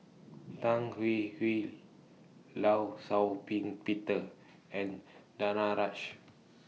Tan Hwee Hwee law Shau Ping Peter and Danaraj